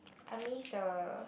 I miss the